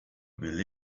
will